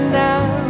now